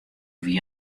wie